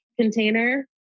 container